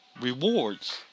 rewards